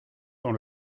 dans